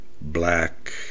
Black